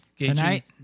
Tonight